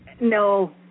No